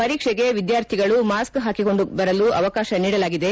ಪರೀಕ್ಷೆಗೆ ವಿದ್ಯಾರ್ಥಿಗಳು ಮಾಸ್ ಪಾಕಿಕೊಂಡು ಬರಲು ಅವಕಾಶ ನೀಡಲಾಗಿದೆ